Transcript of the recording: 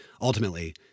ultimately